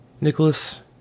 nicholas